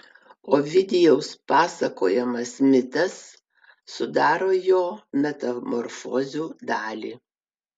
ovidijaus pasakojamas mitas sudaro jo metamorfozių dalį